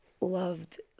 loved